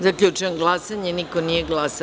Zaključujem glasanje: niko nije glasao.